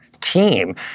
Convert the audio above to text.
team